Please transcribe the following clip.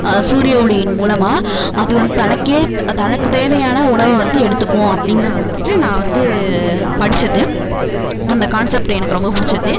சூரிய ஒளியின் மூலமாக அது வந்து தனக்கே தனக்கு தேவையான உணவை வந்து எடுத்துக்கும் அப்படிங்கிறத வந்துட்டு நான் வந்து படிச்சது அந்த கான்செப்ட் எனக்கு ரொம்பப் பிடிச்சது